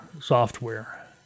software